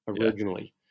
originally